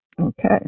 Okay